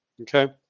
Okay